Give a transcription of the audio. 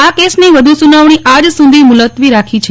આ કેસની વધુ સુનાવણી આજ સુધી મુલતવી રાખી છે